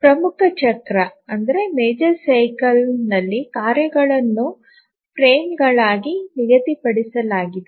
ಮುಖ ಚಕ್ರದಲ್ಲಿ ಕಾರ್ಯಗಳನ್ನು ಚೌಕಟ್ಟುಗಳಿಗೆ ನಿಗದಿಪಡಿಸಲಾಗಿದೆ